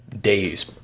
days